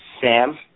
Sam